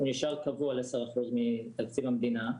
הוא נשאר קבוע על 10% מתקציב המדינה,